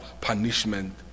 punishment